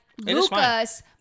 Lucas